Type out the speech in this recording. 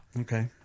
okay